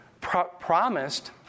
promised